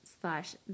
slash